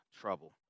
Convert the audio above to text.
trouble